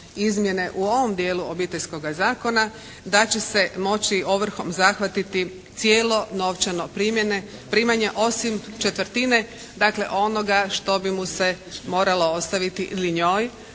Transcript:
u ovom dijelu Obiteljskoga zakona da će se moći ovrhom zahvatiti cijelo novčano primanje osim četvrtine dakle onoga što bi mu se moralo ostaviti ili njoj,